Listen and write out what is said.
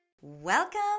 Welcome